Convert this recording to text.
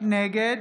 נגד